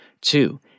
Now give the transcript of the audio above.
Two